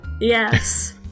Yes